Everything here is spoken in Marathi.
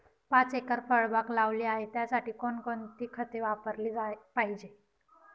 पाच एकर फळबाग लावली आहे, त्यासाठी कोणकोणती खते वापरली पाहिजे?